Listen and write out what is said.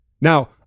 Now